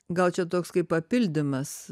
gal čia toks kaip papildymas